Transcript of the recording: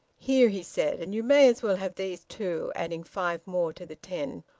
here, he said. and you may as well have these, too, adding five more to the ten,